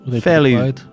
Fairly